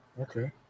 Okay